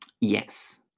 yes